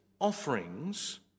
offerings